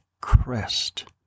crest